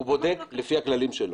הוא בודק לפי הכללים שלו.